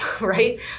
right